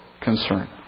concern